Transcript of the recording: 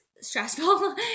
stressful